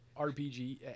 RPG